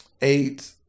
eight